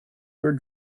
your